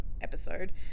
episode